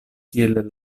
kiel